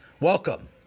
Welcome